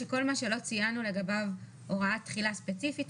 כל מה שלא ציינו לגביו הוראת תחילה ספציפית,